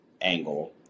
angle